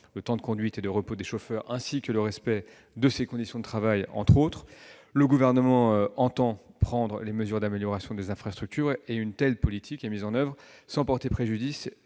le temps de conduite et de repos des chauffeurs, ainsi que le respect de leurs conditions de travail. Le Gouvernement entend donc prendre des mesures d'amélioration des infrastructures. Une telle politique est mise en oeuvre sans porter préjudice